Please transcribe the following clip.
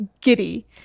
giddy